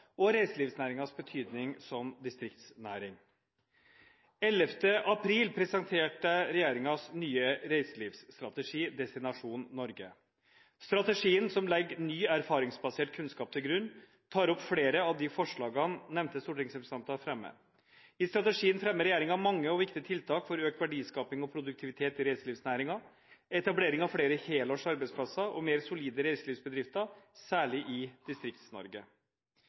og reiselivsnæringens betydning som distriktsnæring. 11. april presenterte jeg regjeringens nye reiselivsstrategi, Destinasjon Norge. Strategien, som legger ny erfaringsbasert kunnskap til grunn, tar opp flere av de forslagene nevnte stortingsrepresentanter fremmer. I strategien fremmer regjeringen mange og viktige tiltak for økt verdiskaping og produktivitet i reiselivsnæringen, etablering av flere helårs arbeidsplasser og mer solide reiselivsbedrifter – særlig i